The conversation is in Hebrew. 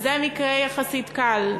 זה מקרה יחסית קל.